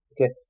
Okay